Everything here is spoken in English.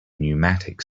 pneumatic